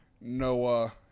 Noah